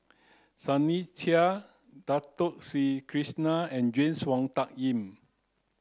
Sunny Sia Dato Sri Krishna and James Wong Tuck Yim